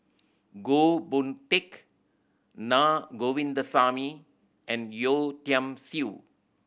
Goh Boon Teck Na Govindasamy and Yeo Tiam Siew